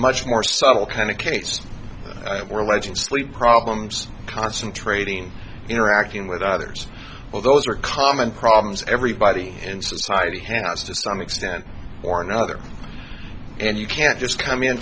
much more subtle kind of case where legend sleep problems concentrating interacting with others well those are common problems everybody in society has to some extent or another and you can't just come